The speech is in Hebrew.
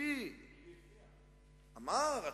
מה הם אומרים?